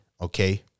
okay